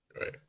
Right